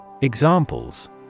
Examples